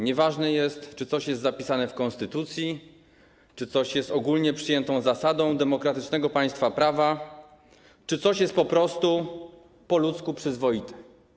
Nieważne jest, czy coś jest zapisane w konstytucji, czy coś jest ogólnie przyjętą zasadą demokratycznego państwa prawa, czy coś jest po prostu, po ludzku przyzwoite.